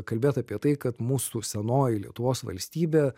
kalbėt apie tai kad mūsų senoji lietuvos valstybė